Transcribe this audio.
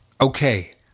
Okay